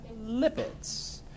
lipids